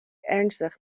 ernstig